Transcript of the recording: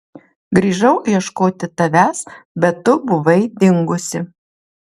grįžau ieškoti tavęs bet tu buvai dingusi